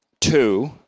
two